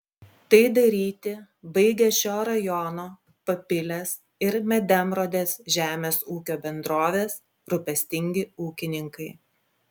tai daryti baigia šio rajono papilės ir medemrodės žemės ūkio bendrovės rūpestingi ūkininkai